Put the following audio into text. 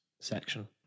section